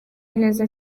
neza